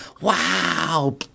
Wow